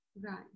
Right